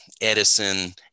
Edison